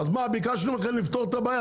ביקשנו מכם לפתור את הבעיה,